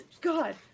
God